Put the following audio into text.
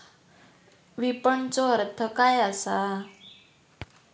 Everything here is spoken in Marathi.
विपणनचो अर्थ काय असा?